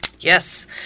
Yes